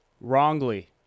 Wrongly